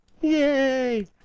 Yay